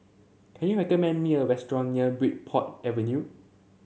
can you recommend me a restaurant near Bridport Avenue